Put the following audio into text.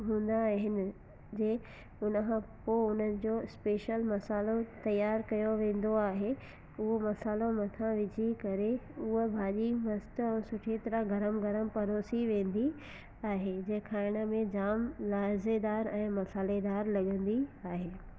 हूंदा आहिनि जंहिं उन खां पोहुननि जो स्पेशल मसालो तयार कयो वेंदो आहे उहो मसालो मथां विझी करे हूअ भाॼी मस्तु ऐं सुठी तरह गरम गरम परोसी वेंदी आहे जेंहिं खाइण में जाम लाइजे दार ऐं मसालेदार लॻंदी आहे